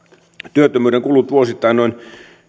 työttömyyden kulut vuosittain noin